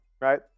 right